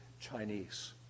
Chinese